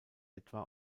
etwa